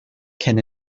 can